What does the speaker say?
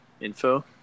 info